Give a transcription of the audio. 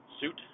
suit